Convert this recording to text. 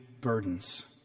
burdens